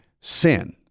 sin